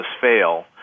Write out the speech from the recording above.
fail